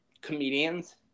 comedians